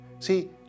See